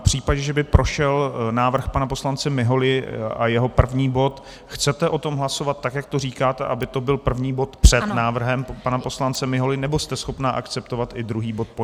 V případě, že by prošel návrh pana poslance Miholy a jeho první bod, chcete o tom hlasovat tak, jak to říkáte, aby to byl první bod před návrhem pana poslance Miholy, nebo jste schopna akceptovat i druhý bod po něm?